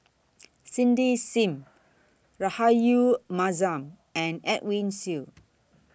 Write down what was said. Cindy SIM Rahayu Mahzam and Edwin Siew